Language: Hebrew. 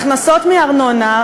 הכנסות מארנונה,